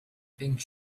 pink